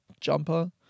jumper